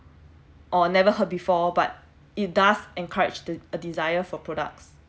or never heard before but it does encouraged the a desire for products